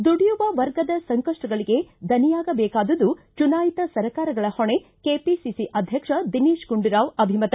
ದುಡಿಯುವ ವರ್ಗದ ಸಂಕಷ್ಷಗಳಿಗೆ ದನಿಯಾಗಬೇಕಾದುದು ಚುನಾಯಿತ ಸರ್ಕಾರಗಳ ಹೊಣೆ ಕೆಪಿಸಿಸಿ ಅಧ್ಯಕ್ಷ ದಿನೇಶ ಗುಂಡೂರಾವ್ ಅಭಿಮತ